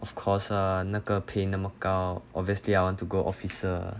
of course ah 那个 pay 那么高 obviously I want to go officer ah